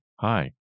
Hi